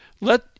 Let